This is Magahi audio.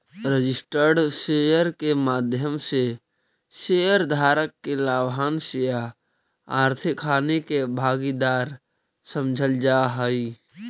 रजिस्टर्ड शेयर के माध्यम से शेयर धारक के लाभांश या आर्थिक हानि के भागीदार समझल जा हइ